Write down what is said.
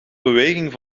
beweging